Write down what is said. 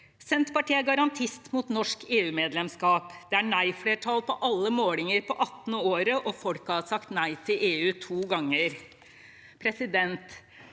Senterpartiet er garantist mot norsk EU-medlemskap. Det er nei-flertall på alle målinger på 18. året, og folket har sagt nei til EU to ganger.